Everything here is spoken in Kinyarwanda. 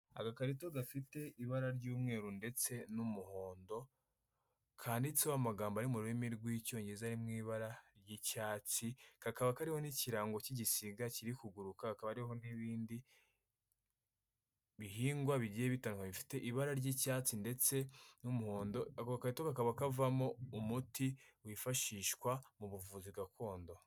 Agakarito gafite ibara ry'umweru ndetse n'umuhondo kanditseho amagambo ari mu rurimi rw'icyongereza ari mw’ibara ry'icyatsi kakaba kariho n'ikirango cy'igisiga kiri kuguruka ka kaba kariho n'ibindi bihingwa bigiye bitandukanye bifite ibara ry'icyatsi ndetse n'umuhondo ako gakarito ka kaba kavamo umuti wifashishwa mu buvuzi gakondo.